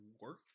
work